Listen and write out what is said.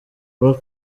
paul